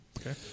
okay